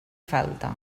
falta